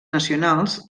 nacionals